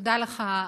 תודה לך,